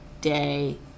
day